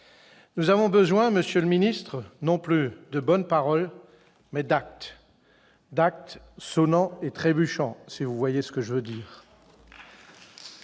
Nous avons besoin, monsieur le secrétaire d'État, non plus de bonnes paroles, mais d'actes, d'actes « sonnants et trébuchants », si vous voyez ce que je veux dire